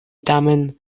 tamen